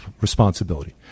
responsibility